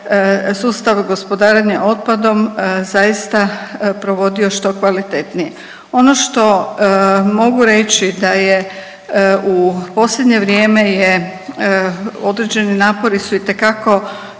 sustav gospodarenja otpadom zaista provodio što kvalitetnije. Ono što mogu reći da je u posljednje vrijeme je određeni napori su itekako